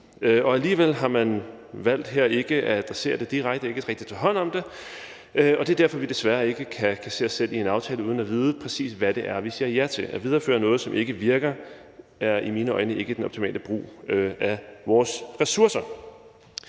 alligevel har man valgt her ikke at adressere det direkte og ikke rigtig tage hånd om det. Det er derfor, vi desværre ikke kan se os selv i en aftale, når vi ikke kan vide, præcis hvad det er, vi siger ja til. At videreføre noget, som ikke virker, er i mine øjne ikke den optimale brug af vores ressourcer.